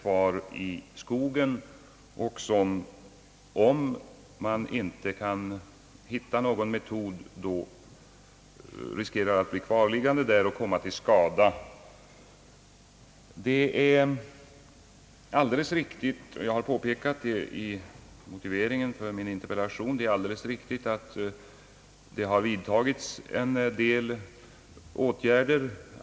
De framhåller också, att om man inte kan komma på en metod för att underlätta tillvaratagandet, så riskerar detta virke att bli kvarliggande och komma till skada. Det är alldeles riktigt — jag har också påpekat det i motiveringen för min interpellation — att det har vidtagits en del åtgärder.